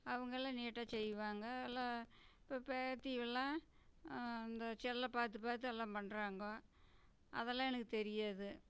அவங்களாம் நீட்டாக செய்வாங்க எல்லாம் இப்போ பேத்திவோல்லாம் அந்த செல்லை பார்த்து பார்த்து எல்லாம் பண்ணுறாங்கோ அதெல்லாம் எனக்கு தெரியாது